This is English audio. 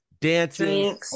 dancing